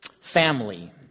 family